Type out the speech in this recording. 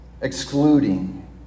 excluding